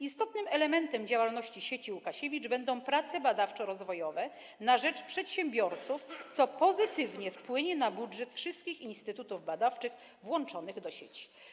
Istotnym elementem działalności sieci Łukasiewicz będą prace badawczo-rozwojowe na rzecz przedsiębiorców, co pozytywnie wpłynie na budżet wszystkich instytutów badawczych włączonych do sieci.